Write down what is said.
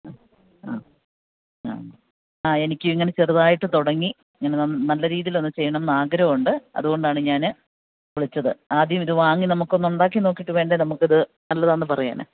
ആ ആ ആ ആ എനിക്കിങ്ങനെ ചെറുതായിട്ട് തുടങ്ങി ഇങ്ങനെ നല്ല രീതിയിലൊന്ന് ചെയ്യണമെന്ന് ആഗ്രഹമുണ്ട് അതുകൊണ്ടാണ് ഞാന് വിളിച്ചത് ആദ്യം ഇത് വാങ്ങി നമുക്കൊന്ന് ഉണ്ടാക്കി നോക്കിയിട്ട് വേണ്ടേ നമുക്കിത് നല്ലതാണെന്ന് പറയാന്